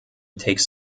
takes